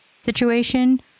situation